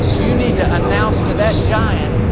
you need to announce to that giant,